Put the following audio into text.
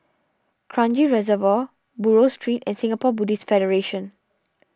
Kranji Reservoir Buroh Street and Singapore Buddhist Federation